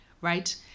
right